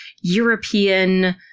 European